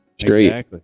Straight